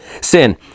sin